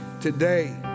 today